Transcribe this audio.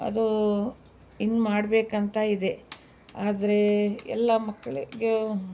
ಅದು ಇನ್ನೂ ಮಾಡಬೇಕಂತ ಇದೆ ಆದರೆ ಎಲ್ಲ ಮಕ್ಳಿಗೆ